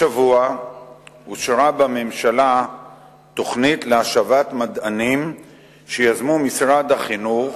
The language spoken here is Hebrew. השבוע אושרה בממשלה תוכנית להשבת מדענים שיזמו משרד החינוך,